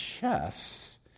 chess